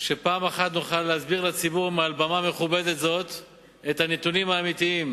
כדי שפעם אחת נוכל להציג לציבור מעל במה מכובדת זו את הנתונים האמיתיים,